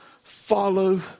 follow